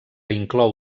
inclou